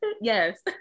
Yes